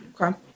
okay